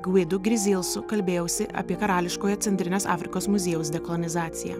gvidu grizilsukalbėjausi apie karališkojo centrinės afrikos muziejaus dekolonizaciją